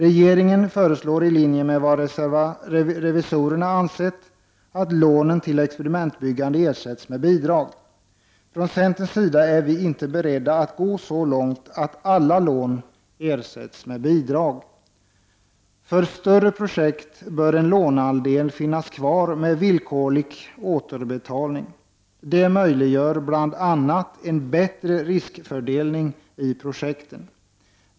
Regeringen föreslår i linje med vad revisorerna ansett att lånen till experimentbyggande ersätts med bidrag. Från centerns sida är vi inte beredda att gå så långt att alla lån ersätts med bidrag. För större projekt bör en låneandel finnas kvar med villkorlig återbetalning. Det möjliggör bl.a. en bättre riskfördelning i projekten.